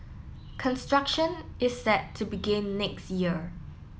construction is set to begin next year